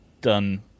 done